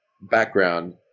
background